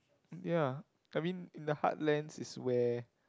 ya I mean the heartlands is where